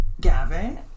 Gavin